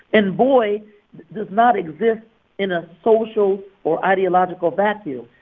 and boy does not exist in a social or ideological vacuum.